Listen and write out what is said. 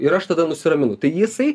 ir aš tada nusiraminu tai jisai